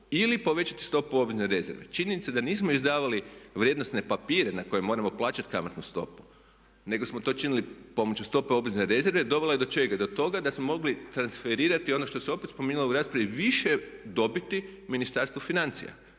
Ili povećati stopu obvezne rezerve? Činjenica da nismo izdavali vrijednosne papire na koje moramo plaćati kamatnu stopu nego smo to činili pomoću stope obvezne rezerve dovela je do čega? Do toga da smo mogli transferirati ono što se opet spominjalo u raspravi više dobiti Ministarstva financija.